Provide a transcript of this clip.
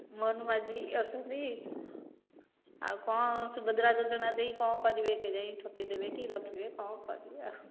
ମୋହନ ମାଝି ଅଛନ୍ତି ଆଉ କ'ଣ ସୁଭଦ୍ରା ଯୋଜନା ଦେଇ କ'ଣ କରିବେ କେଜାଣି ଠକିଦେବେ କି ରଖିବେ କ'ଣ କରିବେ ଆଉ